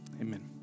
Amen